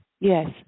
Yes